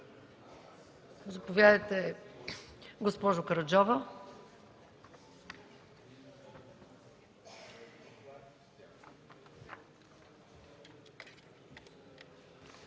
Заповядайте, госпожо Караджова.